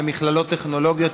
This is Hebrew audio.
למכללות טכנולוגיות.